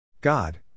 God